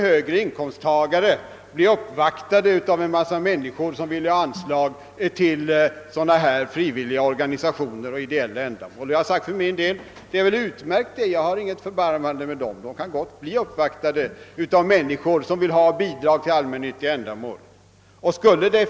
högre inkomsttagare då skulle bli uppvaktade av en mängd personer, som ville ha anslag till frivilliga organisationer och ideella ändamål. För min del har jag menat att detta skulle vara utmärkt. Jag har inget förbarmande med denna grupp av inkomsttagare. Dessa personer kan gott bli uppvaktade av människor som vill ha bidrag till allmännyttiga ändamål.